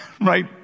Right